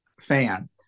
fan